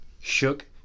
Shook